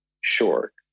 short